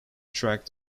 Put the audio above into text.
tracked